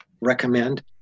recommend